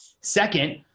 Second